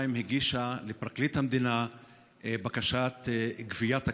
הגישה לפרקליט המדינה בקשה לגביית הכסף.